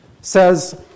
says